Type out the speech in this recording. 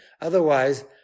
Otherwise